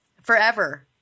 Forever